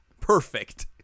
Perfect